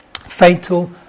fatal